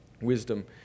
wisdom